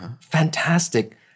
Fantastic